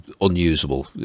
unusable